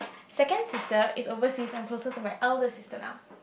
second sister is overseas so I'm closer to my eldest sister now